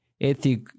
Ethic